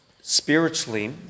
Spiritually